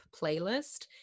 playlist